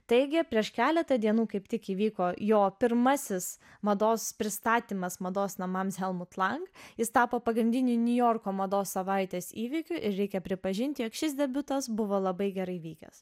teigė prieš keletą dienų kaip tik įvyko jo pirmasis mados pristatymas mados namams helmut lang jis tapo pagrindiniu niujorko mados savaitės įvykių ir reikia pripažinti jog šis debiutas buvo labai gerai vykęs